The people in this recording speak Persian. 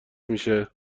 میشه